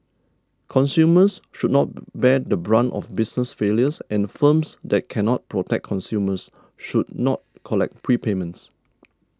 consumers should not bear the brunt of business failures and firms that cannot protect customers should not collect prepayments